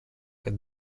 kad